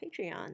Patreon